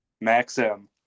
Maxim